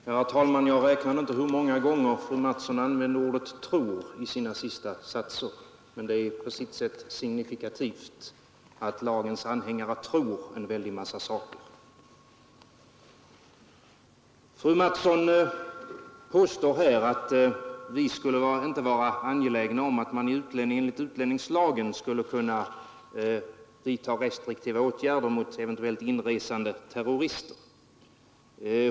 Herr talman! Jag räknade inte hur många gånger fröken Mattson använde ordet ”tror” i sina sista satser, men det är på sitt sätt signifikativt att lagens anhängare tror en mängd saker. Fröken Mattson påstår att vi inte skulle vara angelägna om att man enligt utlänningslagen skulle kunna vidta restriktiva åtgärder mot eventuellt inresande terrorister.